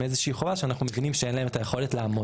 איזושהי חובה שאנחנו מבינים שאין להם את היכולת לעמוד בה.